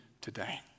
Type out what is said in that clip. today